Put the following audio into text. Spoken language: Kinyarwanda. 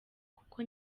kuko